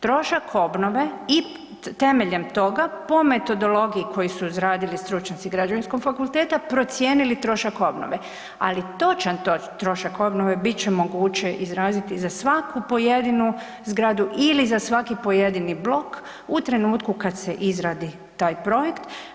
Trošak obnove i temeljem toga po metodologiji koji su izradili stručnjaci Građevinskog fakulteta procijenili trošak obnove, ali točan trošak obnove bit će moguće izraziti za svaku pojedinu zgradu ili za svaki pojedini blok u trenutku kad se izradi taj projekt.